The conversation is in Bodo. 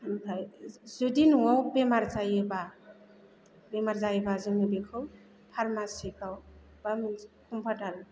ओमफ्राय जुदि न'वाव बेमार जायोबा जोङो बेखौ फारमासिफ्राव बा मोनसे कमफानदार